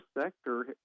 sector